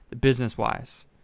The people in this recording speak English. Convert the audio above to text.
business-wise